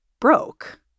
broke